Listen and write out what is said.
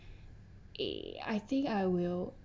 eh I think I will